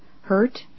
hurt